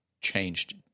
changed